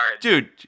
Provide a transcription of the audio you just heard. Dude